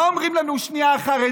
מה אומרים לנו החרדים?